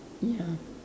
ya